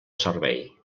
servei